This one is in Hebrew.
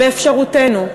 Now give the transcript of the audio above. באפשרותנו,